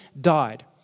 died